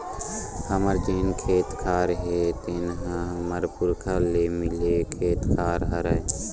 हमर जेन खेत खार हे तेन ह हमर पुरखा ले मिले खेत खार हरय